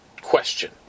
question